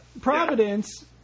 Providence